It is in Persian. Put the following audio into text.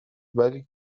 ولی